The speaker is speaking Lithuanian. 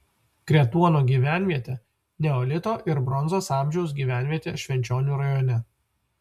kretuono gyvenvietė neolito ir bronzos amžiaus gyvenvietė švenčionių rajone